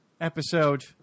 episode